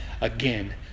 again